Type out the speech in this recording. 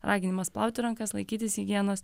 raginimas plauti rankas laikytis higienos